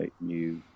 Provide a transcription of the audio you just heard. new